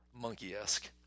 monkey-esque